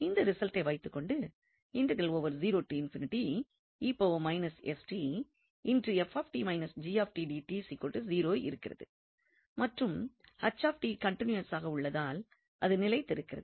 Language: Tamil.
இந்த ரிசல்ட்டை வைத்துக் கொண்டு இருக்கிறது மற்றும் கன்டினியூவஸாக உள்ளதால் இது நிலைத்திருக்கிறது